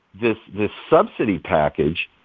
this this subsidy package,